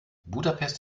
budapest